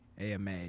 AMA